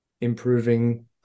improving